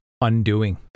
...undoing